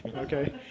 Okay